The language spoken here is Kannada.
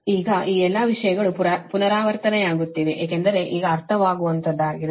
ಈಗ ಈ ಎಲ್ಲಾ ವಿಷಯಗಳು ಪುನರಾವರ್ತನೆಯಾಗುತ್ತಿವೆ ಏಕೆಂದರೆ ಈಗ ಅರ್ಥವಾಗುವಂತಹದ್ದಾಗಿದೆ